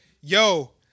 yo